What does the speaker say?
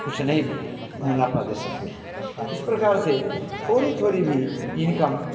कुछ नहीं मुनाफ़ा दे सकते हैं इस प्रकार से थोड़ी थोड़ी भी इनकम